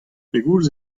pegoulz